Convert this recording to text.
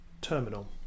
terminal